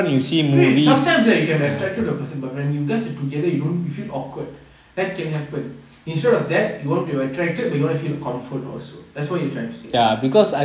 okay sometimes right you can be attracted to a person but when you guys are together you don't you feel awkward that can happen instead of that you want to be attracted but you want to feel comfort also that's what you are trying to say